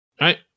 right